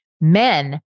Men